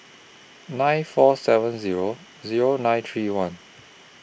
nine four seven Zero Zero nine three one